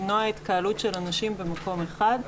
למנוע התקהלות של אנשים במקום אחד.